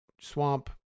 swamp